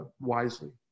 wisely